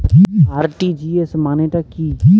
RTGS মানে টা কি?